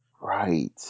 Right